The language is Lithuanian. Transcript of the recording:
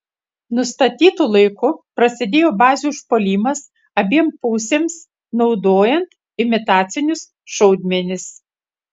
nustatytu laiku prasidėjo bazių užpuolimas abiem pusėms naudojant imitacinius šaudmenis